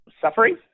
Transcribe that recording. Suffering